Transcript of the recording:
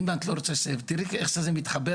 את תראי איך שזה מתחבר,